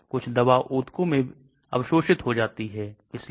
Membrane lipid mixture निष्क्रिय प्रसार membrane transporter सक्रिय